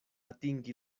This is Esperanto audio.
atingi